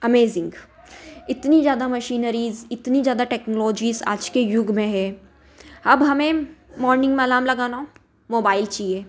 amazing इतनी ज़्यादा machineries इतनी ज़्यादा टेक्नोलॉजी आज के युग में है अब हमें मॉर्निंग में अलार्म लगाना हो मोबाइल चाहिए